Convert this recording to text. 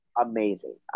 Amazing